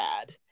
bad